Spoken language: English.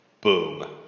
boom